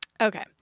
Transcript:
Okay